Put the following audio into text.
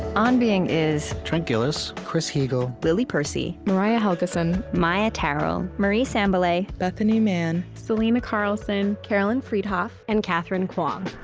on being is trent gilliss, chris heagle, lily percy, mariah helgeson, maia tarrell, marie sambilay, bethanie mann, selena carlson, carolyn friedhoff, and katherine kwong